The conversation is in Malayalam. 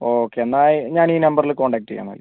ഓക്കേ എന്നാൽ ഞാനീ നമ്പറിൽ കോൺടാക്ട് ചെയ്യാം